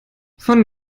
von